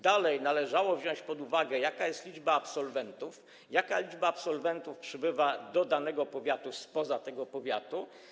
Dalej, należało wziąć pod uwagę to, jaka jest liczba absolwentów, jaka liczba absolwentów przybywa do danego powiatu spoza tego powiatu.